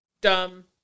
dumb